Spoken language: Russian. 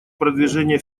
продвижения